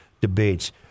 debates